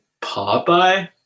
Popeye